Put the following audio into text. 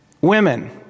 women